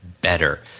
better